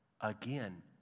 again